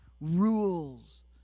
rules